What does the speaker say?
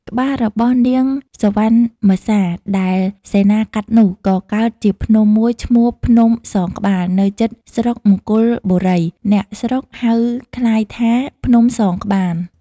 ក្បាលរបស់នាងសុវណ្ណមសា ដែលសេនាកាត់នោះ ក៏កើតជាភ្នំមួយឈ្មោះ ភ្នំសងក្បាល នៅជិតស្រុកមង្គលបុរី (អ្នកស្រុកហៅក្លាយថា ភ្នំសងក្បាន)។